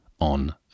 on